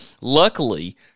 Luckily